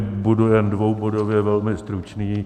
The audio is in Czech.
Budu jen dvoubodově velmi stručný.